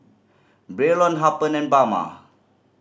Braylon Harper and Bama